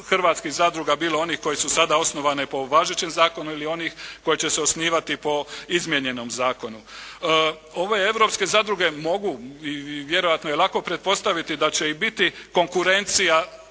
hrvatskih zadruga bilo onih koje su sada osnovane po važećem zakonu ili onih koje će se osnivati po izmijenjenom zakonu. Ove europske zadruge mogu i vjerojatno je lako pretpostaviti da će i biti konkurencija